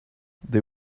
they